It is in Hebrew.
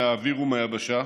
מהאוויר ומהיבשה,